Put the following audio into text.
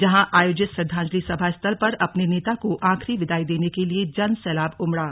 जहां आयोति श्रद्धांजलि सभा स्थल पर अपने नेता को आखिरी विदाई देने के लिए जन सैलाब उमड़ा